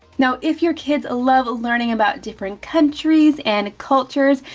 now, if your kids love learning about different countries and cultures,